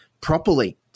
properly